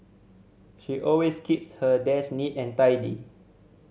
she always keeps her desk neat and tidy